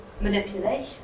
manipulation